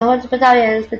humanitarian